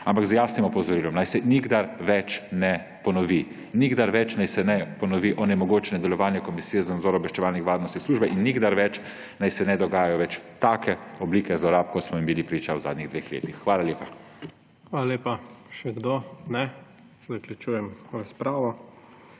ampak z jasnim opozorilom, naj se nikdar več ne ponovi. Nikdar več naj se ne ponovi onemogočanje delovanja Komisije za nadzor obveščevalnih in varnostnih službe in nikdar več naj se ne dogajajo takšne oblike zlorab, kot smo jim bili priča v zadnjih dveh letih. Hvala lepa. PREDSEDNIK IGOR ZORČIČ: Hvala lepa. Še kdo? Ne. Zaključujem razpravo.